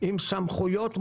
עם סמכויות מוגבלות.